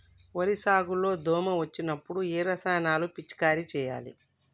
వరి సాగు లో దోమ వచ్చినప్పుడు ఏ రసాయనాలు పిచికారీ చేయాలి?